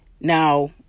Now